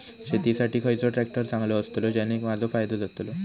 शेती साठी खयचो ट्रॅक्टर चांगलो अस्तलो ज्याने माजो फायदो जातलो?